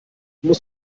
muss